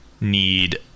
need